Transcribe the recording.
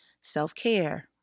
Self-care